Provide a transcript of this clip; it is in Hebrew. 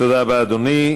תודה רבה, אדוני.